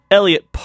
Elliot